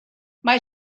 mae